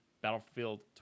Battlefield